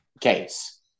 case